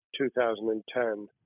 2010